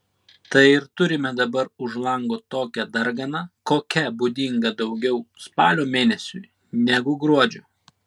tai ir turime dabar už lango tokią darganą kokia būdinga daugiau spalio mėnesiui negu gruodžiui